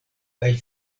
kaj